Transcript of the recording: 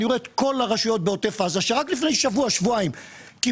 אני רואה את כל הרשויות בעוטף עזה שרק לפני שבוע-שבועיים קיבלו